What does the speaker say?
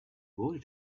boy